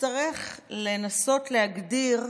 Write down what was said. ותצטרך לנסות להגדיר,